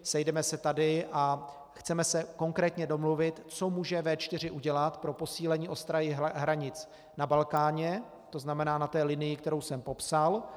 Sejdeme se tady a chceme se konkrétně domluvit, co může V4 udělat pro posílení ostrahy hranic na Balkáně, tzn. na té linii, kterou jsem popsal.